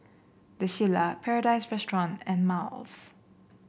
The Shilla Paradise Restaurant and Miles